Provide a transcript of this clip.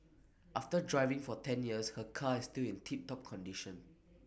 after driving for ten years her car is still in tip top condition